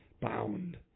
bound